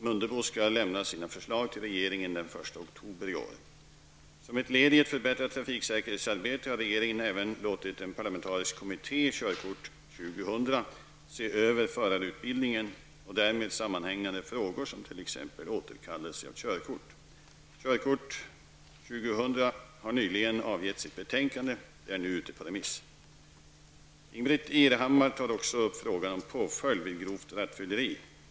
Mundebo skall lämna sina förslag till regeringen den 1 oktober i år. Som ett led i ett förbättrat trafiksäkerhetsarbete har regeringen även låtit en parlamentarisk kommitté -- Körkort 2000 -- se över förarutbildningen och därmed sammanhängande frågor som t.ex. återkallelse av körkort. Körkort 2000 har nyligen avgett sitt betänkande. Det är nu ute på remiss. Ingbritt Irhammar tar också upp frågan om påföljd vid grovt rattfylleri.